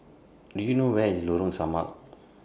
Do YOU know Where IS Lorong Samak